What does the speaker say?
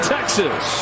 Texas